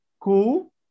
cool